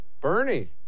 Bernie